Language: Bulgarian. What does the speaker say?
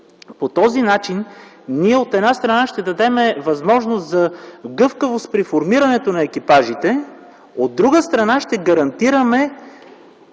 По този начин ние, от една страна, ще дадем възможност за гъвкавост при формиране на екипажите, а от друга страна ще гарантираме